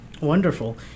wonderful